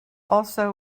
also